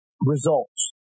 Results